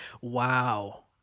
Wow